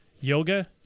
yoga